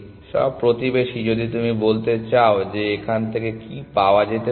সব প্রতিবেশী যদি তুমি বলতে চাও যে এখান থেকে কী পাওয়া যেতে পারে